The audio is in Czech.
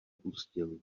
pustil